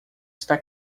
está